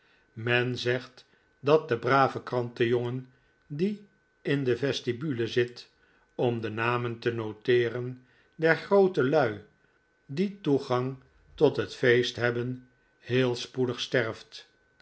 men zegt dat de brave krantenjongen die in de vestibule zit om de namen te noteeren der grootelui die toegang tot het feest hebben heel spoedig sterft